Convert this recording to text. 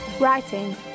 Writing